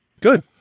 Good